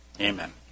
Amen